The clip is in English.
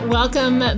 welcome